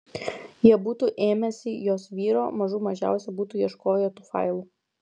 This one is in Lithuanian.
jie būtų ėmęsi jos vyro mažų mažiausia būtų ieškoję tų failų